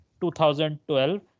2012